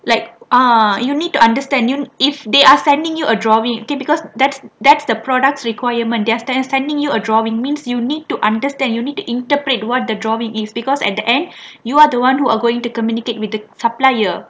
like ah you need to understand you if they are sending you a drawing okay because that that's the products requirement they are sending you a drawing means you need to understand you need to interpret what the drawing is because at the end you are the [one] who are going to communicate with the supplier